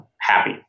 happy